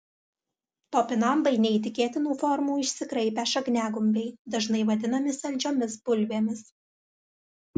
topinambai neįtikėtinų formų išsikraipę šakniagumbiai dažnai vadinami saldžiomis bulvėmis